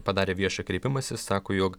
padarė viešą kreipimąsi sako jog